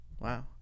Wow